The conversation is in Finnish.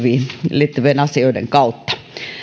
liittyvien asioiden kautta